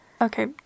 Okay